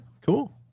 cool